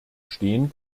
stehen